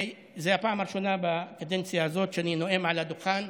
זו הפעם הראשונה בקדנציה הזאת שאני נואם על הדוכן.